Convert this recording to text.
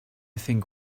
think